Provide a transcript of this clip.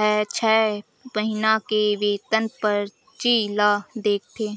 छै महिना के वेतन परची ल देखथे